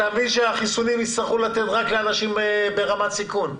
אתה מבין שאת החיסונים יצטרכו לתת רק לאנשים ברמת סיכון.